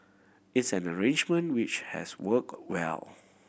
it's an arrangement which has work well